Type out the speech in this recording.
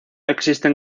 existen